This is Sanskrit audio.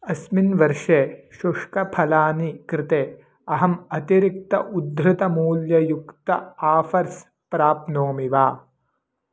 अस्मिन् वर्षे शुष्कफलानि कृते अहम् अतिरिक्तम् उद्धृतमूल्ययुक्तम् आफ़र्स् प्राप्नोमि वा